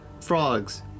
frogs